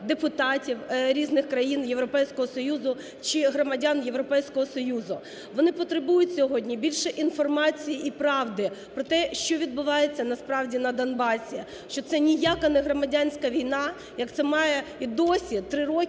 депутатів різних країн Європейського Союзу чи громадян Європейського Союзу? Вони потребують сьогодні більше інформації і правди про те, що відбувається, насправді, на Донбасі, що це ніяка не громадянська війна, як це має і досі, три роки